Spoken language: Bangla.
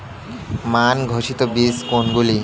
মান ঘোষিত বীজ কোনগুলি?